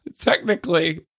Technically